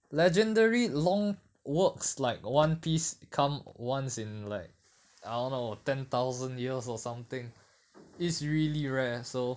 legendary long works like one piece come once in like I don't know ten thousand years or something it's really rare so